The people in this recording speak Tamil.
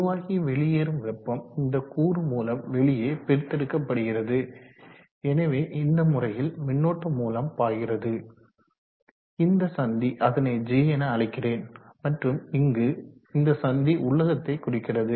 உருவாகி வெளியேறும் வெப்பம் இந்த கூறு மூலம் வெளியே பிரித்தெடுக்கப்படுகிறது எனவே இந்த முறையில் மின்னோட்ட மூலம் பாய்கிறது இந்த சந்தி அதனை J என அழைக்கிறேன் மற்றும் இங்கு இந்த சந்தி உள்ளகத்தை குறிக்கிறது